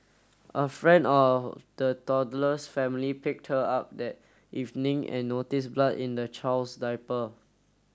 a friend of the toddler's family picked her up that evening and noticed blood in the child's diaper